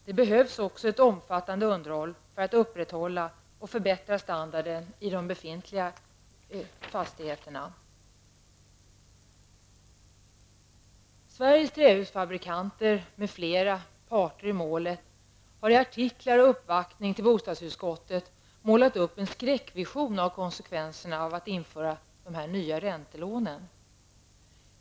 Det behövs också ett omfattande underhåll för att upprätthålla och förbättra standarden i de befintliga fastigheterna. Sveriges trähusfabrikanter med flera parter i målet har i artiklar och vid uppvaktning i bostadsutskottet målat upp en skräckvision av konsekvenserna av att införa de nya räntelånen.